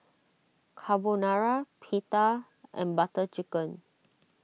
Carbonara Pita and Butter Chicken